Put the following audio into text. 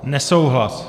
Nesouhlas.